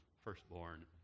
firstborn